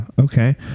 Okay